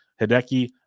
Hideki